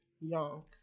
young